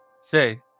say